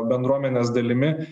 bendruomenės dalimi